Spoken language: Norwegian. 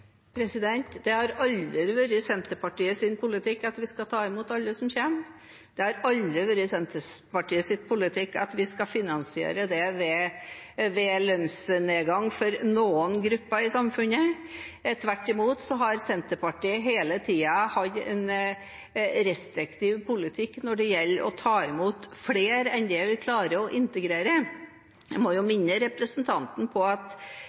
Det har aldri vært Senterpartiets politikk at vi skal ta imot alle som kommer. Det har aldri vært Senterpartiets politikk at vi skal finansiere det med lønnsnedgang for noen grupper i samfunnet. Tvert imot har Senterpartiet hele tiden hatt en restriktiv politikk når det gjelder å ta imot flere enn det vi klarer å integrere. Jeg må minne representanten på at